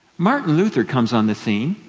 martin luther comes on the scene,